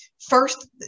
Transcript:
first